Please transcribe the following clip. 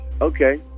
okay